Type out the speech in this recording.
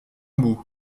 bout